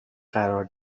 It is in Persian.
قرار